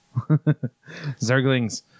Zerglings